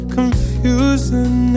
Confusing